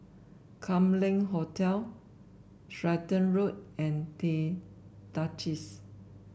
Kam Leng Hotel Stratton Road and The Duchess